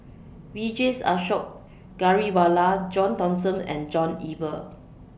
Vijesh Ashok Ghariwala John Thomson and John Eber